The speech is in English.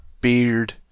beard